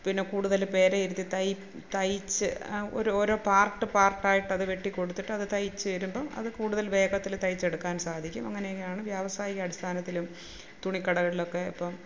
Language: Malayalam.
പിന്നെ കൂടുതൽ പേരെയിരുത്തി തയ് തയ്ച്ച് ഓരോ ഓരോ പാർട്ട് പാർട്ട് ആയിട്ട് അതു വെട്ടിക്കൊടുത്തിട്ട് അതു തയ്ച്ചു വരുമ്പം അതു കൂടുതൽ വേഗത്തിൽ തയ്ച്ചെടുക്കാൻ സാധിക്കും അങ്ങനെയൊക്കെ ആണ് വ്യാവസായിക അടിസ്ഥാനത്തിലും തുണിക്കടകളിലൊക്കെ ഇപ്പം